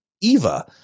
eva